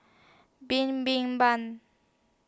Bin Bin Ban